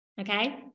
okay